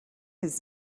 his